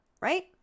right